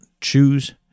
choose